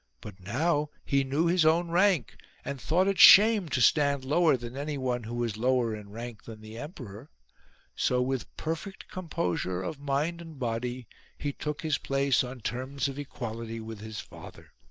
but now he knew his own rank and thought it shame to stand lower than any one who was lower in rank than the emperor so with perfect composure of mind and body he took his place on terms of equality with his father.